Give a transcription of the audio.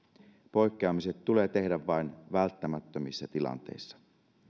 poikkeamiset tulee tehdä vain välttämättömissä tilanteissa